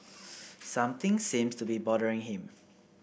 something seems to be bothering him